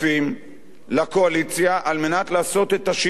לקואליציה על מנת לעשות את השינוי הזה,